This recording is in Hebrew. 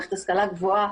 מערכת ההשכלה הגבוהה,